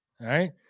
right